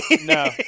No